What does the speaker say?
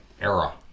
era